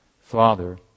father